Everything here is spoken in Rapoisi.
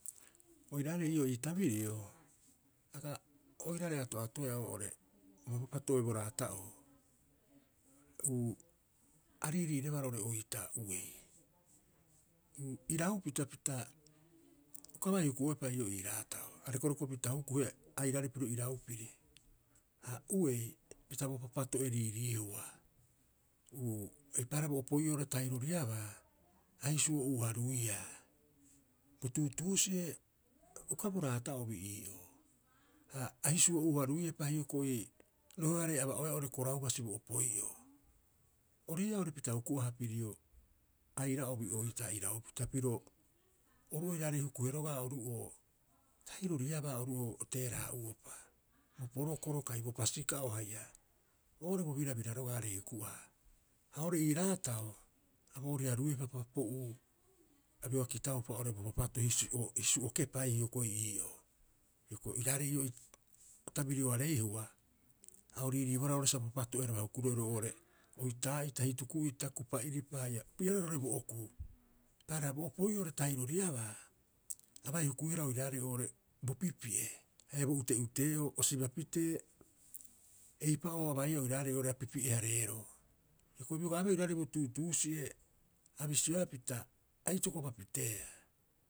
Oiraarei ii'oo ii tabirio, aga oiraarei ato'atoea oo'ore uu bo papato'e bo raata'oo, uu a riiriirebaa roo'ore oitaa uei. Iraupita pita uka bai huku'oepa ii'oo ii raatao, a rekorekopita hukuhe airaarei piro iraupiri. Ha uei pita bo papato'e riiriihua uu, eipaareha bo opoi'oo oo'ore tahiroriaba a hisuo'uuha ruiia. Bo tuutuusi'e uka bo raata'obi ii'oo ha a hisuo'uuha ruiepa hioko'i rohearei aba'oeaa oo'ore korau basi bo opoi'oo. Ori ii'aa oo'ore pita huku'aha pirio aira'obi oitaa iraupita piro oru oiraarei hukuhe roga'a oru oo tahiroriaba oru oo, o teera'a'uopa. Bo porokoro kai bo pasika'o haia oo'ore bo birabira roga'a aarei huku'aha. Ha oo'ore ii raatao a booriha ruiepa papo'uu a bioga kitaupa oo'ore bo papato'e hisu'o hisu'o kepai hioko'i ii'oo. Hioko'i oiraarei ii'oo o tabiriareihua, a o riiriibohara sa bo papato'eraba hukuroe roo'ore oitaa'ita, hituku'ita, kupa'iripa haia opii'a roira roo'ore bo okuu. Eipaareha bo opoi'oo oo'ore tahiroriabaa a bai hukuihara oiraarei oo'ore bo pipi'e haia bo ute'ute 'oo o siba pitee eipa'oo abaiia oiraarei oo'ore a pipi'e- hareeroo. Hioko'i bioga abeea oiraarei bo tuutuusi'e a bisioea pita a itokopapiteea.